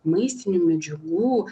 maistinių medžiagų